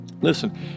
Listen